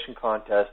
Contest